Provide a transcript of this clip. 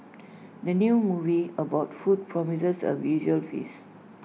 the new movie about food promises A visual feast